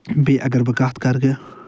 بییٚہِ اگر بہٕ کَتھ کَرٕ